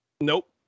Nope